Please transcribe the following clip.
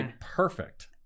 perfect